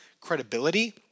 credibility